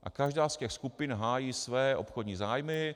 A každá z těch skupin hájí své obchodní zájmy.